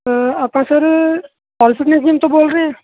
ਆਪਾਂ ਸਰ ਤੋਂ ਬੋਲ ਰਹੇ ਹਾਂ